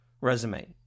resume